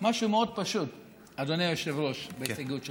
משהו מאוד פשוט, אדוני היושב-ראש, בהסתייגות שלכם: